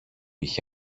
είχε